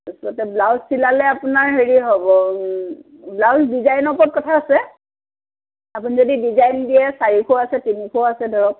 তাৰপাছতে ব্লাউজ চিলালে আপোনাৰ হেৰি হ'ব ব্লাউজ ডিজাইনৰ ওপৰত কথা আছে আপুনি যদি ডিজাইন দিয়ে চাৰিশও আছে তিনিশও আছে ধৰক